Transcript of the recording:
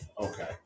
okay